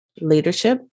leadership